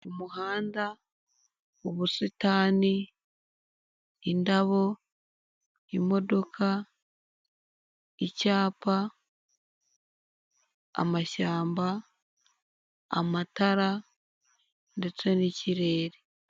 Umuhanda, ubusitani, indabo, imodoka, icyapa, amashyamba, amatara ndetse n'ikirere.